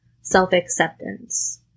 self-acceptance